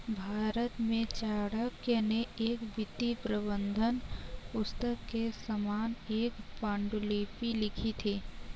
भारत में चाणक्य ने एक वित्तीय प्रबंधन पुस्तक के समान एक पांडुलिपि लिखी थी